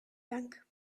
dank